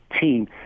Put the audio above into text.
team